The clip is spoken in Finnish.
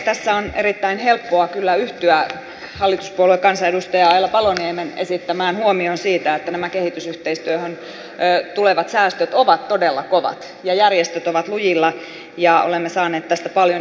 tässä on erittäin helppoa kyllä yhtyä hallituspuolueen kansanedustaja aila paloniemen esittämään huomioon siitä että nämä kehitysyhteistyöhön tulevat säästöt ovat todella kovat ja järjestöt ovat lujilla ja olemme saaneet tästä paljon informaatiota